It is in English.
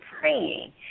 praying